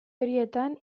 horietan